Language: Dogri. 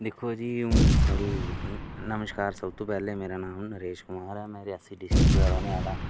दिक्खो जी हून साढ़ी नमस्कार सबतूं पैह्ला मेरा नांऽ नरेश कुमार ऐ में रियासी डिस्ट्रिक्ट दा रौंह्ने आह्ला